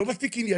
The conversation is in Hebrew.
לא מספיק ענייני?